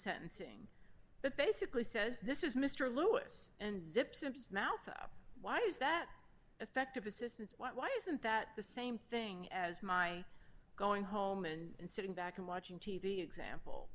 sentencing but basically says this is mr lewis and zips mouth up why is that effective assistance why isn't that the same thing as my going home and sitting back and watching t v example